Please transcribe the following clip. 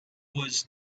was